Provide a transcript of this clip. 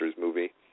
movie